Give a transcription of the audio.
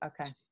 okay